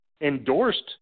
endorsed